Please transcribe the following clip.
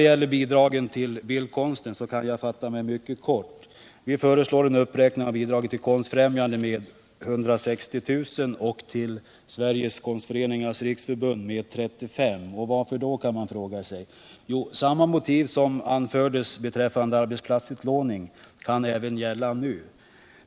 Beträffande bidrag till bildkonsten kan jag fatta mig mycket kort. Vi föreslår en uppräkning av bidraget till Konstfrämjandet med 160 000 och till Sveriges konstföreningars riksförbund med 35 000 kr. Varför då, kan man fråga sig. Samma motiv som anfördes beträffande arbetsplatsutlåning kan även gälla nu.